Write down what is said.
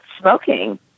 smoking